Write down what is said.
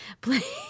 Please